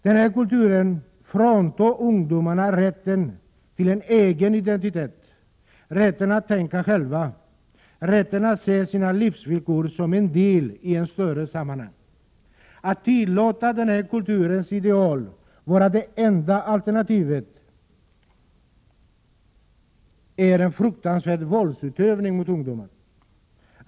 Den här kulturen fråntar ungdomarna rätten till en egen identitet, rätten att tänka själva och rätten att se sina livsvillkor som en del i ett större Prot. 1987/88:105 sammanhang. Att tillåta den här kulturens ideal att vara det enda alternativet 21 april 1988 är en fruktansvärd våldsutövning mot ungdomar.